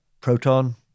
proton